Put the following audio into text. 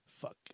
Fuck